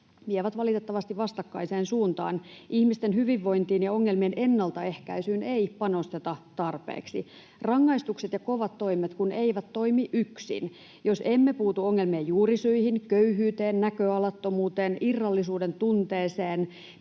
vievät valitettavasti vastakkaiseen suuntaan. Ihmisten hyvinvointiin ja ongelmien ennaltaehkäisyyn ei panosteta tarpeeksi, rangaistukset ja kovat toimet kun eivät toimi yksin. Jos emme puutu ongelmien juurisyihin, köyhyyteen, näköalattomuuteen, irrallisuuden tunteeseen,